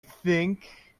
think